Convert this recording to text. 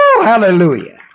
Hallelujah